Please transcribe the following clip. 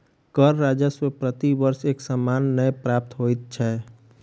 कर राजस्व प्रति वर्ष एक समान नै प्राप्त होइत छै